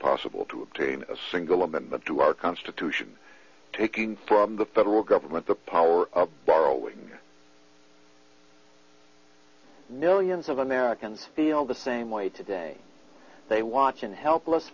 possible to dream a single woman to our constitution taking from the federal government the power of borrowing millions of americans feel the same way today they watch in helpless